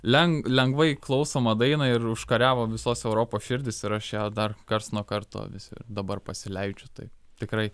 len lengvai klausomą dainą ir užkariavo visos europos širdis ir aš ją dar karts nuo karto vis ir dabar pasileidžiu tai tikrai